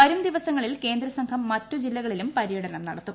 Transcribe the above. വരും ദിവസങ്ങളിൽ കേന്ദ്ര സംഘം മിറ്റും ജില്ലകളിലും പര്യടനം നടത്തും